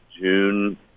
June